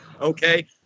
okay